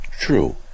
True